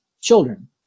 children